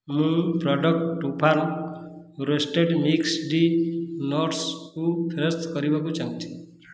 ମୁଁ product Truefarm roasted mixed ନଟସ୍କୁ ଫେରସ୍ତ କରିବାକୁ ଚାହୁଁଛି